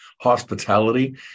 hospitality